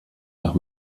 nach